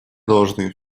должны